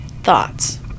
thoughts